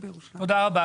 תודה רבה.